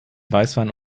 weißwein